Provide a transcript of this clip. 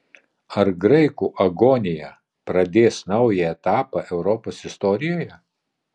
ar graikų agonija pradės naują etapą europos istorijoje